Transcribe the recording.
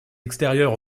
extérieur